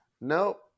Nope